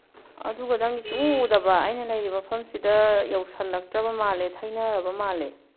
ꯑꯗꯨꯒ ꯅꯪꯗꯤ ꯁꯨꯛꯎ ꯎꯗꯕ ꯑꯩꯅ ꯂꯩꯔꯤꯕ ꯃꯐꯝꯁꯤꯗ ꯌꯧꯁꯤꯜꯂꯛꯇ꯭ꯔꯕ ꯃꯥꯜꯂꯦ ꯊꯩꯅꯔꯕ ꯃꯥꯜꯂꯦ